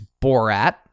Borat